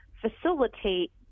facilitate